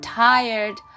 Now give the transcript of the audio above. tired